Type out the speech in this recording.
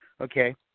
okay